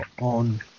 on